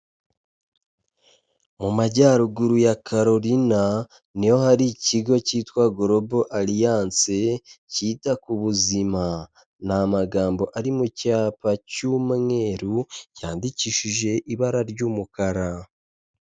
Mu majyaruguru ya Carolina ni ho hari ikigo cyitwa Global alliance, cyita ku buzima. Ni amagambo ari mu cyapa cy'umweru, cyandikishije ibara ry'umukara.